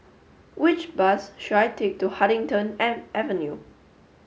which bus should I take to Huddington Avenue